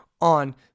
on